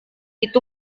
itu